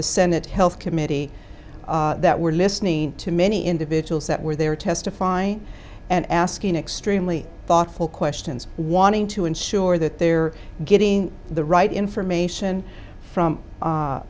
the senate health committee that were listening to many individuals that were there testifying and asking extremely thoughtful questions wanting to ensure that they are getting the right information from